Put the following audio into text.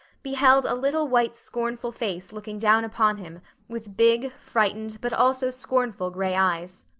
beheld a little white scornful face looking down upon him with big, frightened but also scornful gray eyes.